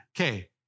Okay